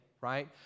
Right